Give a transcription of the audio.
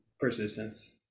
Persistence